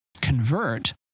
convert